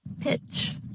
Pitch